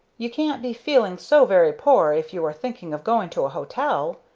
you can't be feeling so very poor if you are thinking of going to a hotel.